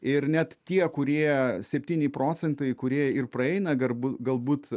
ir net tie kurie septyni procentai kurie ir praeina garbu galbūt